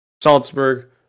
Salzburg